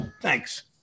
Thanks